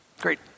Great